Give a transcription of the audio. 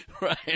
Right